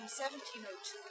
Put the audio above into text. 1702